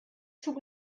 zug